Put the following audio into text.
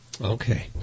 Okay